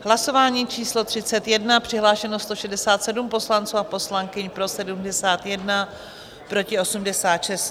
Hlasování číslo 31, přihlášeno 167 poslanců a poslankyň, pro 71, proti 86.